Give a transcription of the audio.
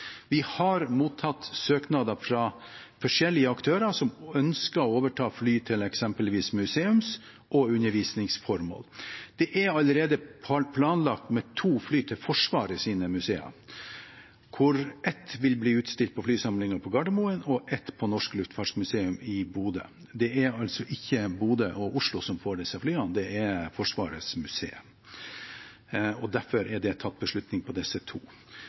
Vi har mottatt søknader fra forskjellige aktører som ønsker å overta fly til eksempelvis museums- og undervisningsformål. Det er allerede planlagt med to fly til Forsvarets museer, hvorav ett vil bli utstilt på flysamlingen på Gardermoen og ett på Norsk Luftfartsmuseum i Bodø. Det er altså ikke Bodø og Oslo som får disse flyene, det er Forsvarets museer. Derfor er det tatt beslutning om disse to.